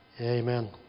Amen